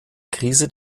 krise